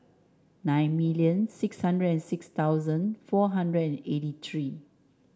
nine million six hundred six thousand four hundred eighty three